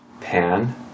Pan